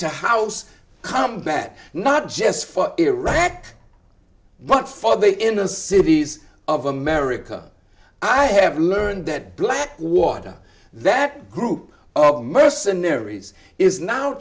to house combat not just for iraq but for the inner cities of america i have learned that blackwater that group of mercenaries is now